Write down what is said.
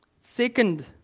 Second